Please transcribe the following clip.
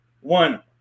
one